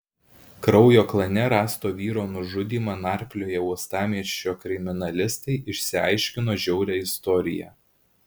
kraujo klane rasto vyro nužudymą narplioję uostamiesčio kriminalistai išsiaiškino žiaurią istoriją